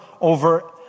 over